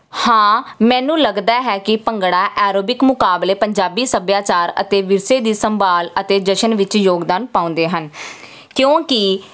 ਹਾਂ ਮੈਨੂੰ ਲੱਗਦਾ ਹੈ ਕਿ ਭੰਗੜਾ ਐਰੋਬਿਕ ਮੁਕਾਬਲੇ ਪੰਜਾਬੀ ਸੱਭਿਆਚਾਰ ਅਤੇ ਵਿਰਸੇ ਦੀ ਸੰਭਾਲ ਅਤੇ ਜਸ਼ਨ ਵਿੱਚ ਯੋਗਦਾਨ ਪਾਉਂਦੇ ਹਨ ਕਿਉਂਕਿ